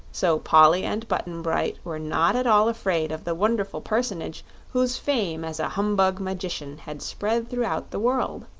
so polly and button-bright were not at all afraid of the wonderful personage whose fame as a humbug magician had spread throughout the world.